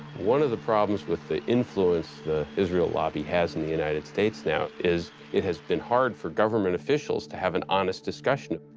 one of the problems with the influence the israel lobby has in the united states now is it has been hard for government officials to have an honest discussion.